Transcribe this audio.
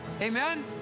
Amen